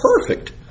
perfect